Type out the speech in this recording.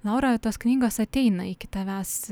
laura tos knygos ateina iki tavęs